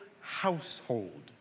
household